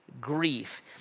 grief